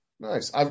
Nice